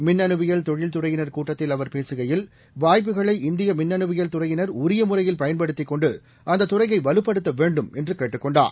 மின்னணுவியல் தொழில்துறையினர் கூட்டத்தில் அவர்பேசுகையில்வாய்ப்புகளை இந்தியமின்னணுவியல் துறையினர் உரியமுறையில் பயன்படுத்திக்கொண்டு அந்ததுறையைவலுப்படுத்தவேண்டும் என்றுகேட்டுக் கொண்டார்